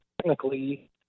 technically